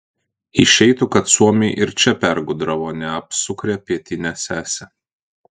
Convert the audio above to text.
išeitų kad suomiai ir čia pergudravo neapsukrią pietinę sesę